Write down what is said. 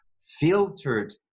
filtered